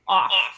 off